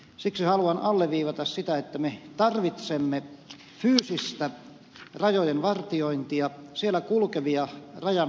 siksi haluan alleviivata sitä että me tarvitsemme fyysistä rajojen vartiointia siellä kulkevia rajan vartijoita